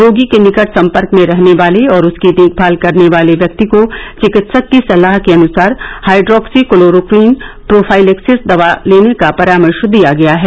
रोगी के निकट सम्पर्क में रहने वाले और उसकी देखभाल करने वाले व्यक्ति को चिकित्सक की सलाह के अनुसार हाइड्रोक्सी क्लोरोक्वीन प्रोफाइलेक्सिस दवा लेने का परामर्श दिया गया है